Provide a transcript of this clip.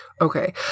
okay